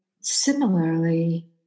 similarly